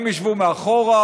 הם ישבו מאחור,